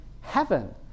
Heaven